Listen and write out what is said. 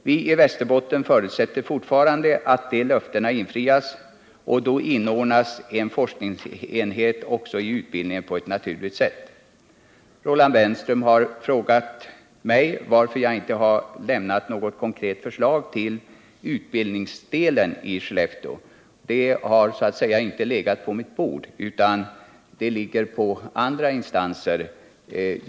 Vii Västerbotten förutsätter fortfarande att de löftena infrias, och då skulle också en forskningsenhet inordnas i utbildningen på ett naturligt sätt. Roland Brännström har frågat mig varför jag inte har lagt fram något konkret förslag beträffande utbildningen i Skellefteå. Den frågan har inte legat på mitt bord utan har beretts inom andra instanser.